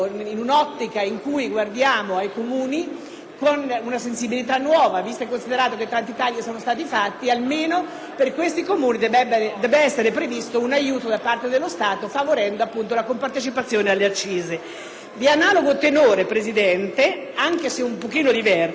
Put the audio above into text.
con una sensibilità nuova, visto e considerato che tanti tagli sono fatti, almeno per questi Comuni debba essere previsto un aiuto da parte dello Stato, favorendo la compartecipazione alle accise. Di analogo tenore, signor Presidente, anche se un po' diverso, è l'emendamento 2.153.